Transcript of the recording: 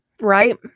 right